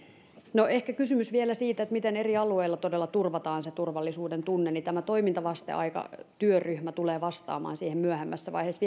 no ehkä kysymys vielä siitä miten eri alueilla todella turvataan se turvallisuudentunne tämä toimintavasteaika työryhmä tulee vastaamaan siihen myöhemmässä vaiheessa